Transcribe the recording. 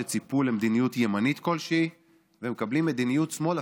שציפו למדיניות כלשהי ומקבלים מדיניות שמאל,